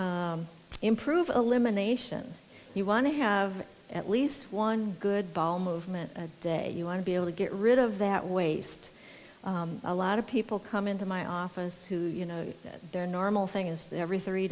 right improve elimination you want to have at least one good ball movement a day you want to be able to get rid of that waste a lot of people come into my office who you know that their normal thing is that every three